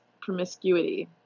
promiscuity